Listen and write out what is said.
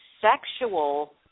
sexual